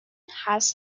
has